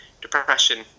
depression